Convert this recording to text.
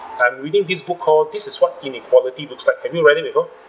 I'm reading this book called this is what inequality looks like have you read it before